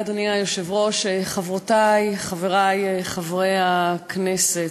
אדוני היושב-ראש, תודה, חברותי וחברי חברי הכנסת,